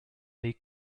league